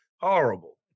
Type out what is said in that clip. Horrible